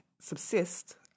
subsist